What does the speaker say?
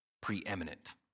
preeminent